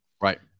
right